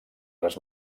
les